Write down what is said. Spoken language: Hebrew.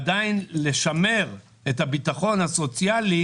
עדיין לשמר את הביטחון הסוציאלי.